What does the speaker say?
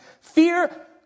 Fear